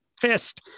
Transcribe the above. fist